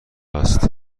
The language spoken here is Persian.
است